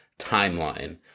Timeline